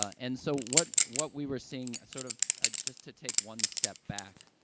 and so what what we were seeing, sort of ah, just to take one step back,